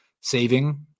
saving